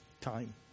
time